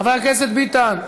חבר הכנסת ביטן.